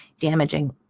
damaging